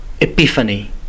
epiphany